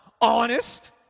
honest